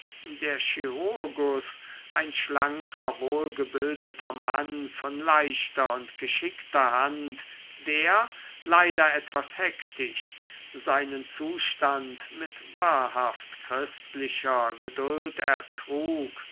der chirurgus ein schlanker wohlgebildeter mann von leichter und geschickter hand der leider etwas hektisch seinen zustand mit wahrhaft christlicher geduld